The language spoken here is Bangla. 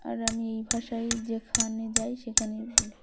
আর আমি এই ভাষায় যেখানে যাই সেখানেই বলি